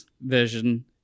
version